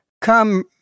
Come